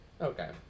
okay